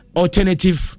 alternative